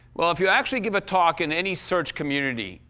well, if you actually give a talk in any search community,